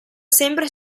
sempre